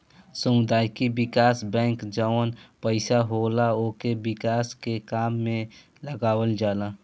सामुदायिक विकास बैंक जवन पईसा होला उके विकास के काम में लगावल जाला